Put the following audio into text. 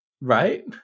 Right